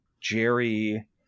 Jerry